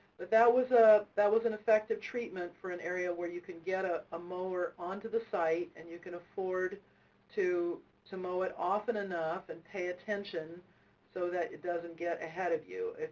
but that was ah that was an effective treatment for an area where you could get ah a mower onto the site, and you can afford to to mow it often enough and pay attention so that it doesn't get ahead of you.